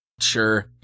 Sure